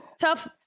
tough